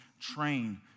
train